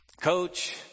Coach